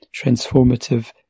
transformative